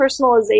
personalization